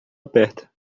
aperta